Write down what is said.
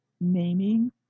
naming